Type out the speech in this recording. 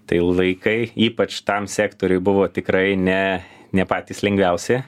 tai laikai ypač tam sektoriuj buvo tikrai ne ne patys lengviausi